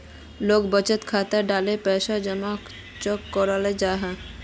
लोग बचत खाता डात पैसा जमा चाँ करो जाहा?